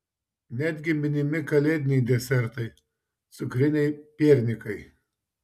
netgi minimi kalėdiniai desertai cukriniai piernikai